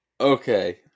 Okay